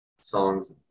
songs